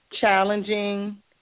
challenging